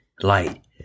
light